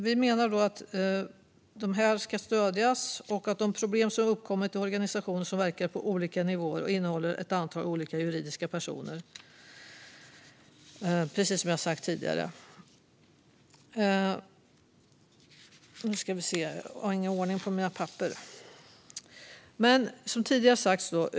Vi menar att de ska stödjas när det gäller de problem som har uppkommit i organisationer som verkar på olika nivåer och innehåller ett antal olika juridiska personer, precis som jag har sagt tidigare.